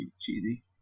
cheesy